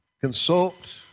consult